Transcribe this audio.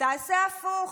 תעשה הפוך,